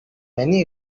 many